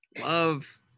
Love